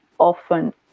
often